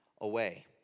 away